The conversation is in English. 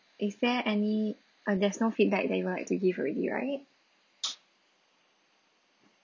is there any uh there's no feedback that you'd like to give already right